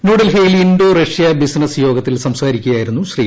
ന്യൂഡൽഹിയിൽ Indo Russia business യോഗത്തിൽ സംസാരിക്കുകയായിരുന്നു ശ്രീ